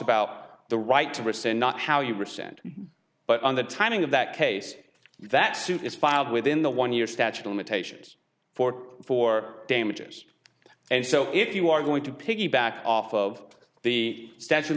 about the right to rescind not how you were sent but on the timing of that case that suit is filed within the one year statute of limitations for damages and so if you are going to piggyback off of the statute